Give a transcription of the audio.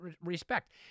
respect